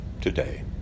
today